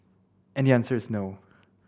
and the answer is no